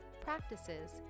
practices